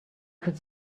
could